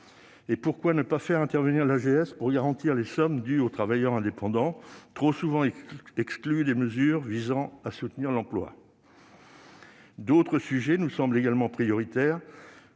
Et pourquoi ne pas faire intervenir l'AGS pour garantir les sommes dues aux travailleurs indépendants, trop souvent exclus des mesures visant à soutenir l'emploi ? D'autres sujets nous semblent également prioritaires